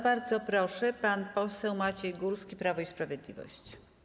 Bardzo proszę, pan poseł Maciej Górski, Prawo i Sprawiedliwość.